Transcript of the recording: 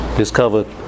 discovered